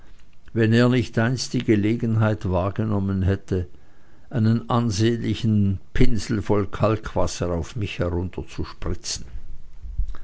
wenn er nicht einst die gelegenheit wahrgenommen hätte einen ansehnlichen pinsel voll kaltwasser auf mich